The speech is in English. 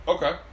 Okay